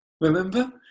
Remember